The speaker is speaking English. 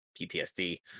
ptsd